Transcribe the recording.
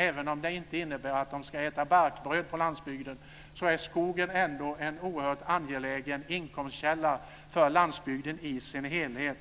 Även om det inte innebär att de ska äta barkbröd på landsbygden är skogen ändå en oerhört angelägen inkomstkälla för landsbygden i dess helhet.